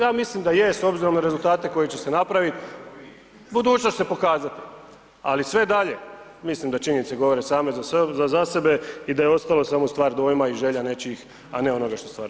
Ja mislim da je s obzirom na rezultate koji će se napravit, budućnost će pokazat, ali sve dalje, mislim da činjenice govore same za sebe i da je ostalo samo stvar dojma i želja nečijih, a ne onoga što stvarno je.